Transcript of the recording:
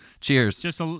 Cheers